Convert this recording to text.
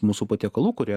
mūsų patiekalų kurie